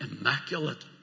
immaculate